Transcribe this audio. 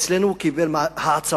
אצלנו הוא קיבל העצמה.